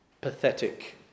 pathetic